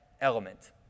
element